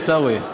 עיסאווי?